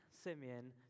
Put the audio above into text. Simeon